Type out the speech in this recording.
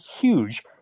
huge –